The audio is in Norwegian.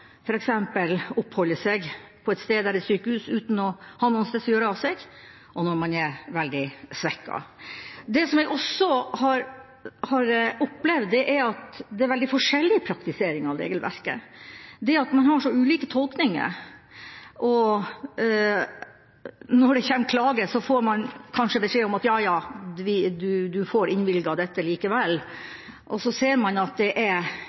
oppholde seg på et sted der det er sykehus, uten å ha noe sted å gjøre av seg, og når man er veldig svekket. Det som jeg også har opplevd, er at det er veldig forskjellig praktisering av regelverket, at man har så ulike tolkninger, og når det kommer klager, får man kanskje beskjed om at ja, ja, du får innvilget dette likevel. Så ser man at det er